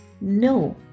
no